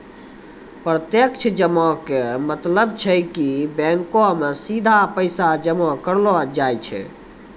प्रत्यक्ष जमा के मतलब छै कि बैंको मे सीधा पैसा जमा करलो जाय छै